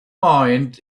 mind